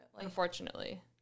Unfortunately